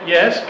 Yes